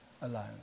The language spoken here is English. alone